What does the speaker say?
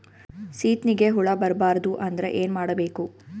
ಸೀತ್ನಿಗೆ ಹುಳ ಬರ್ಬಾರ್ದು ಅಂದ್ರ ಏನ್ ಮಾಡಬೇಕು?